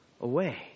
away